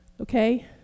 Okay